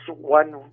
one